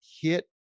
hit